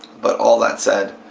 but all that said,